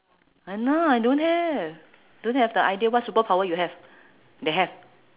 !hanna! I don't have don't have the idea what superpower you have they have